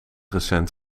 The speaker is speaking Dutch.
recent